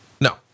No